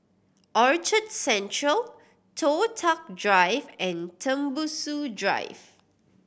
Orchard Central Toh Tuck Drive and Tembusu Drive